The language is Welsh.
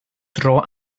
dro